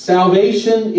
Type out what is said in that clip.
Salvation